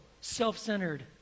self-centered